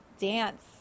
Dance